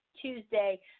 Tuesday